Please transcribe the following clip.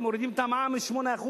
אם מורידים את המע"מ ל-8%,